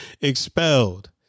expelled